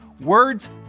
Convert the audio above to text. Words